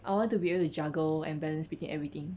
I want to be able to juggle and balance between everything